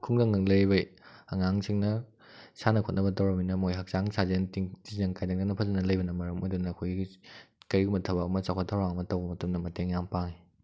ꯈꯨꯡꯒꯪꯗ ꯂꯩꯔꯤꯕ ꯑꯉꯥꯡꯁꯤꯡꯅ ꯁꯥꯟꯅ ꯈꯣꯠꯅꯕ ꯇꯧꯔꯃꯤꯅ ꯃꯣꯏ ꯍꯛꯆꯥꯡ ꯁꯥꯖꯦꯟ ꯇꯤꯟꯖꯪ ꯀꯥꯏꯖꯪꯗꯅ ꯐꯖꯅ ꯂꯩꯕꯅ ꯃꯔꯝ ꯑꯣꯏꯗꯨꯅ ꯑꯩꯈꯣꯏꯒꯤ ꯀꯔꯤꯒꯨꯝꯕ ꯊꯕꯛ ꯑꯃ ꯆꯥꯎꯈꯠ ꯊꯧꯔꯥꯡ ꯑꯃ ꯇꯧꯕ ꯃꯇꯝꯗ ꯃꯇꯦꯡ ꯌꯥꯝꯅ ꯄꯥꯡꯏ